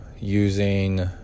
using